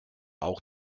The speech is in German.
auch